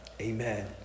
Amen